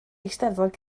eisteddfod